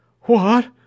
What